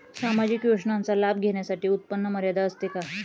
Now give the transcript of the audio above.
सामाजिक योजनांचा लाभ घेण्यासाठी उत्पन्न मर्यादा असते का?